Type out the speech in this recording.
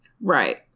Right